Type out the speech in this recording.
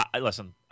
listen